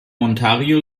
ontario